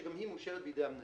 שגם היא מאושרת על ידי המנהל.